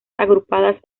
agrupadas